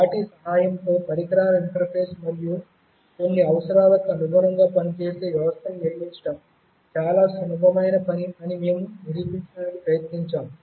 వాటి సహాయంతో పరికరాల ఇంటర్ఫేస్ మరియు కొన్ని అవసరాలకు అనుగుణంగా పనిచేసే వ్యవస్థలను నిర్మించడం చాలా సులభమైన పని అని మేము నిరూపించడానికి ప్రయత్నించాము